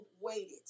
waited